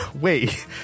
Wait